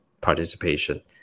participation